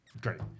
Great